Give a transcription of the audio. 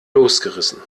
losgerissen